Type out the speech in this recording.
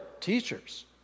teachers